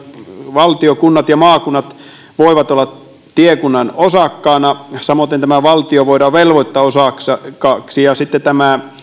valtio kunnat ja maakunnat voivat olla tiekunnan osakkaana samoiten valtio voidaan velvoittaa osakkaaksi ja sitten tämä